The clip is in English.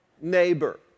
neighbor